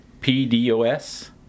P-D-O-S